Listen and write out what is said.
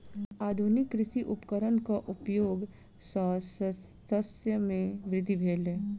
आधुनिक कृषि उपकरणक उपयोग सॅ शस्य मे वृद्धि भेल